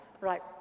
Right